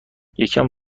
یکم